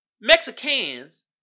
Mexicans